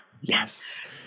Yes